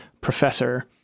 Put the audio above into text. professor